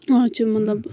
اَتھ چھُ مطلب